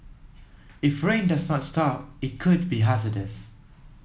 if rain does not stop it could be hazardous